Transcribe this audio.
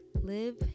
Live